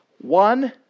One